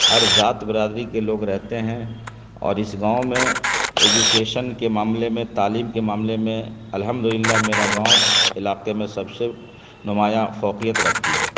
ہر ذات برادری کے لوگ رہتے ہیں اور اس گاؤں میں ایجوکیشن کے معاملے میں تعلیم کے معاملے میں الحمد للہ میرا گاؤں علاقے میں سب سے نمایاں فوقیت رکھتی ہے